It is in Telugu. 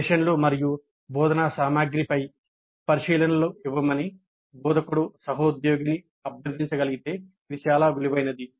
సెషన్లు మరియు బోధనా సామగ్రిపై పరిశీలనలు ఇవ్వమని బోధకుడు సహోద్యోగిని అభ్యర్థించగలిగితే అది చాలా విలువైనది